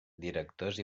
directors